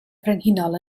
frenhinol